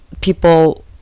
people